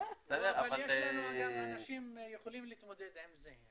אבל יש לנו על יד אנשים שיכולים להתמודד עם זה.